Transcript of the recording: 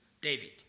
David